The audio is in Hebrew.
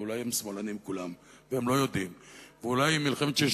ואולי הם שמאלנים כולם והם לא יודעים,